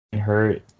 hurt